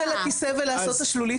הפסקה?